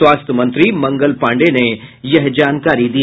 स्वास्थ्य मंत्री मंगल पाण्डेय ने यह जानकारी दी